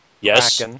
Yes